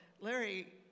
Larry